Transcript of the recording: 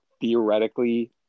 theoretically –